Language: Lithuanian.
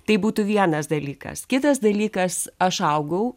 tai būtų vienas dalykas kitas dalykas aš augau